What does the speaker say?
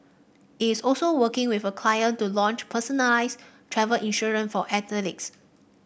it's also working with a client to launch personalised travel insurance for athletes